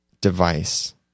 device